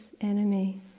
enemy